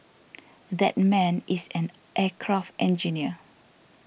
that man is an aircraft engineer